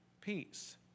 peace